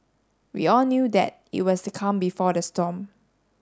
we all knew that it was the calm before the storm